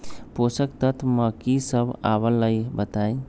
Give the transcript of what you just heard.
पोषक तत्व म की सब आबलई बताई?